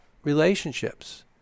relationships